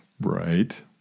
right